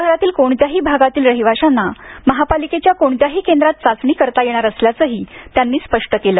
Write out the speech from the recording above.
शहरातील कोणत्याही भागातील रहिवाशांना महापालिकेच्या कोणत्याही केंद्रात चाचणी करता येणार असल्याचही त्यांनी स्पष्ट केलं